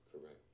correct